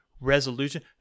resolution